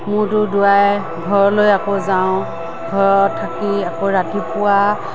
মূৰটো দোৱাই ঘৰলৈ আকৌ যাওঁ ঘৰত থাকি আকৌ ৰাতিপুৱা